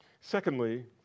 Secondly